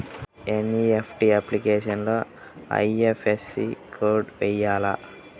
NEFT అప్లికేషన్లో IFSC code వేయాలా?